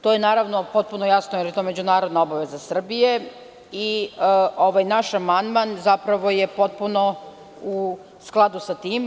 To je, naravno, potpuno jasno, jer je to međunarodna obaveza Srbije i naš amandman je potpuno u skladu sa tim.